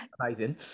amazing